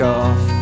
off